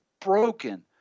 broken